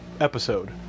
episode